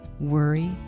worry